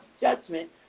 judgment